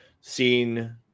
seen